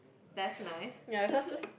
that's nice